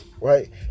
Right